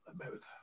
America